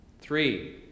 Three